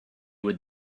with